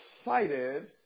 excited